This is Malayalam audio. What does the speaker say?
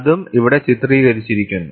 അതും ഇവിടെ ചിത്രീകരിച്ചിരിക്കുന്നു